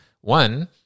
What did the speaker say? One